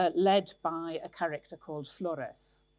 ah led by a character called flores.